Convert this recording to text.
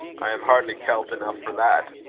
i am hardly celt enough for that.